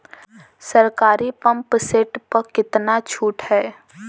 सरकारी pump set प कितना छूट हैं?